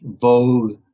Vogue